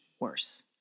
worse